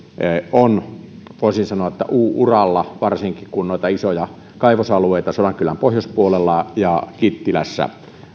ovat voisin sanoa uralla varsinkin kun noita isoja kaivosalueita sodankylän pohjoispuolella ja kittilässä